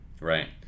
Right